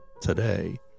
today